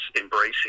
embracing